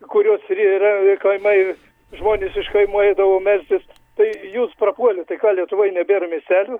kurios ri yra kaimai žmonės iš kaimų eidavo melstis tai jūs prapuolėt tai ką lietuvoj nėra miestelių